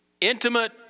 intimate